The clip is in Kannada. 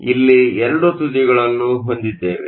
ಆದ್ದರಿಂದ ಇಲ್ಲಿ 2 ತುದಿಗಳನ್ನು ಹೊಂದಿದ್ದೇವೆ